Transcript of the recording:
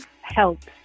helps